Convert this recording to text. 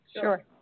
Sure